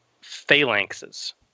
phalanxes